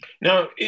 now